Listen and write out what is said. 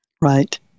Right